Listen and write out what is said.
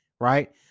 Right